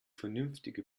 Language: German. vernünftige